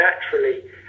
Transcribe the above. naturally